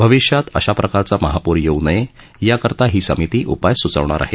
भविष्यात अशाप्रकारचा महापूर येऊ नये याकरता ही समिती उपाय सूचवणार आहे